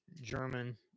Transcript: German